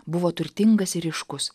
buvo turtingas ir ryškus